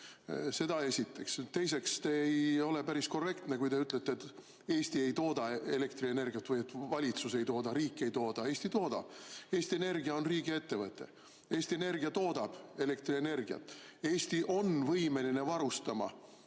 Seda esiteks. Teiseks, te ei ole päris korrektne, kui te ütlete, et Eesti ei tooda elektrienergiat või et valitsus ei tooda, riik ei tooda. Eesti toodab. Eesti Energia on riigiettevõte. Eesti Energia toodab elektrienergiat. Eesti on võimeline varustama